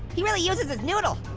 he really uses his noodle!